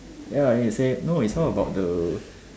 ya then he say no it's all about the